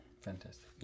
Fantastic